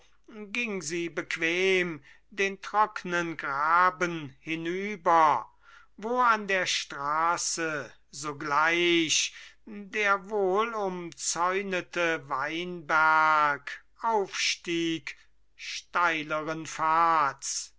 ging sie bequem den trocknen graben hinüber wo an der straße sogleich der wohl umzäunete weinberg aufstieg steileren pfads